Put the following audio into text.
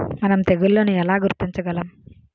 మనం తెగుళ్లను ఎలా గుర్తించగలం?